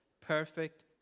perfect